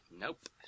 nope